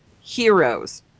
heroes